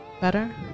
Better